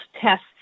tests